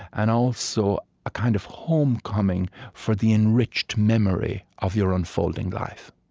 and also a kind of homecoming for the enriched memory of your unfolding life